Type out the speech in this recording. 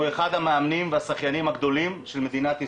אחד המאמנים והשחיינים הגדולים של מדינת ישראל,